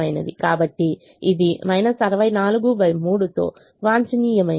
కాబట్టి ఇది 643 తో వాంఛనీయమైనది